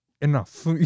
Enough